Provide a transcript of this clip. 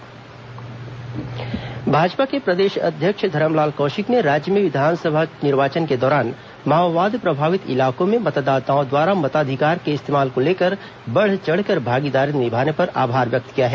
धरमलाल कौशिक प्रेसवार्ता भाजपा के प्रदेश अध्यक्ष धरमलाल कौशिक ने राज्य में विधानसभा निर्वाचन के दौरान माओवाद प्रभावित इलाकों में मतदाताओं द्वारा मताधिकार के इस्तेमाल को लेकर बढ़ चढ़कर भागीदारी निभाने पर आभार व्यक्त किया है